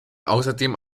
außerdem